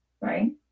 right